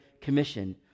Commission